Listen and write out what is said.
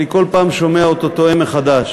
אני כל פעם שומע אותו טועה מחדש.